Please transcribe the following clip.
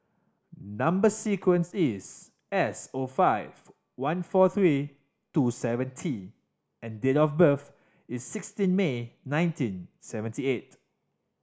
number sequence is S O five one four three two seven T and date of birth is sixteen May nineteen seventy eight